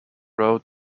road